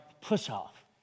push-off